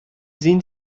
sehen